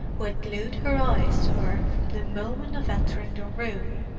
who had glued her eyes to her from the moment of entering the room,